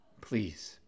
Please